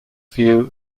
view